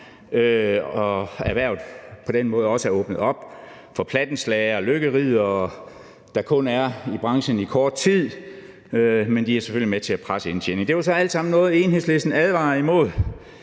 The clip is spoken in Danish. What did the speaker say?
på den måde også åbnet op for plattenslagere og lykkeriddere, der kun er i branchen i kort tid, men de er selvfølgelig med til at presse indtjeningen. Det var så alt sammen noget, Enhedslisten advarede imod